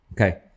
Okay